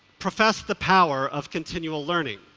profess the power of continual learning.